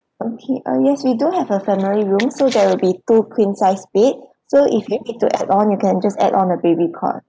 okay uh yes we do have a family room so there will be two queen size bed so if you need to add on you can just add on a baby cot